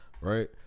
Right